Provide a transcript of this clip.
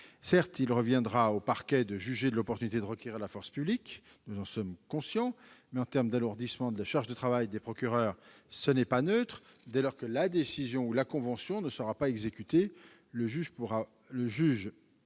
Certes, il reviendra aux parquets de juger de l'opportunité de requérir la force publique- nous en sommes conscients -, mais ce ne sera pas neutre en termes d'alourdissement de la charge de travail des procureurs de la République : dès lors que la décision ou la convention ne sera pas exécutée, le juge mais